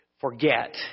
forget